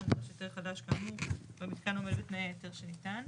נדרש היתר חדש כאמור והמיתקן עומד בתנאי ההיתר שניתן.